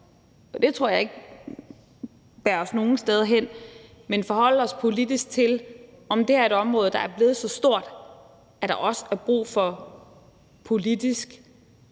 – det tror jeg ikke bærer os nogen steder hen – men forholde os politisk til, om det her er et område, der er blevet så stort, at der også er brug for politisk